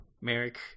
Merrick